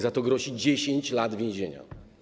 Za to grozi 10 lat więzienia.